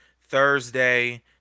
Thursday